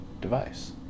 device